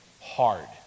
hard